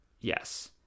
Yes